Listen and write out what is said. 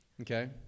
Okay